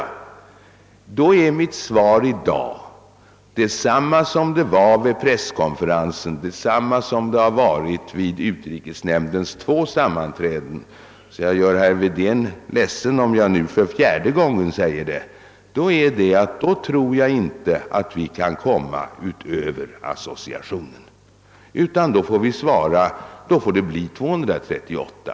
Som svar på en fråga som ställts till mig har jag svarat liksom jag gjorde vid presskonferensen och vid utrikesnämndens två sammanträden i somras — jag är ledsen, herr Wedén, att jag nu säger det för fjärde gången — att jag inte tror att vi då kan komma längre än till en association och att vi alltså måste svara, att vår ansökan avser förhandlingar enligt 8 238.